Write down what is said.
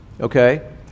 okay